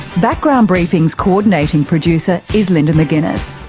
background briefing's coordinating producer is linda mcginness,